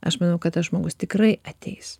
aš manau kad tas žmogus tikrai ateis